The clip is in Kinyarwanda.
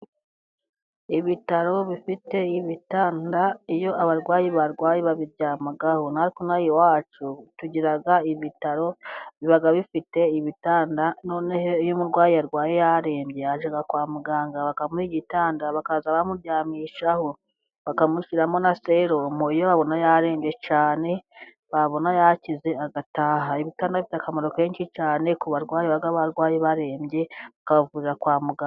Ibitaro bifite ibitanda, iyo abarwayi barwaye babiryamaho. Natwe inaha iwacu tugira ibitaro biba bifite ibitanda noneho, iyo umurwayi yarwaye yarembye, ajya kwa muganga bakamuha igitanda bakajya bamuryamisharaho. Bakamushyiramo na surumu, iyo babona yarembye cyane, babona yakize agataha. Ibitanda bifite akamaro kenshi cyane ku barwayi barwaye barembye bakabavurira kwa muganga.